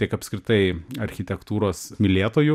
tiek apskritai architektūros mylėtojų